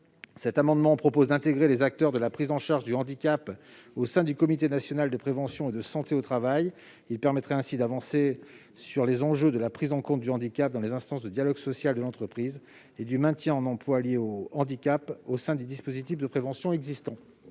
cet amendement tend à intégrer les acteurs de la prise en charge du handicap au sein du comité national de prévention et de santé au travail. Il permettrait ainsi d'avancer sur les enjeux de la prise en compte du handicap dans les instances du dialogue social au sein de l'entreprise et du maintien en emploi lié au handicap au sein des dispositifs de prévention existants.